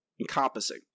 Encompassing